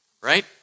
right